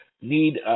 need